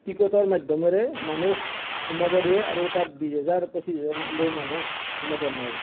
টিকটৰ মাধ্য়মেৰে মানুহ সোমাব দিয়ে আৰু তাত বিছ হেজাৰ পঁচিছ হেজাৰলৈ মানুহ সমাগম হয়